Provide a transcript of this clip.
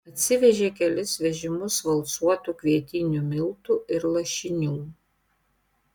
atsivežė kelis vežimus valcuotų kvietinių miltų ir lašinių